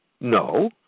No